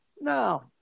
No